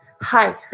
hi